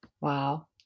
Wow